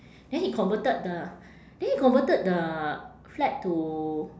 then he converted the then he converted the flat to